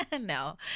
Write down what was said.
No